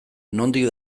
nondik